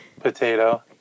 potato